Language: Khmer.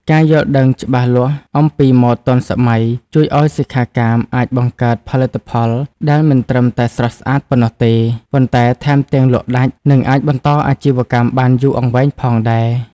ការយល់ដឹងច្បាស់លាស់អំពីម៉ូដទាន់សម័យជួយឱ្យសិក្ខាកាមអាចបង្កើតផលិតផលដែលមិនត្រឹមតែស្រស់ស្អាតប៉ុណ្ណោះទេ ប៉ុន្តែថែមទាំងលក់ដាច់ និងអាចបន្តអាជីវកម្មបានយូរអង្វែងផងដែរ។